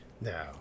Now-